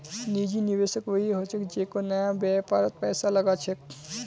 निजी निवेशक वई ह छेक जेको नया व्यापारत पैसा लगा छेक